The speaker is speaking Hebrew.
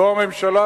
לא מצד הממשלה,